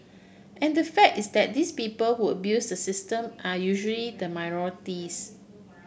and the fact is that these people who abuse system are usually the minorities